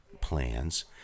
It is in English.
plans